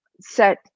set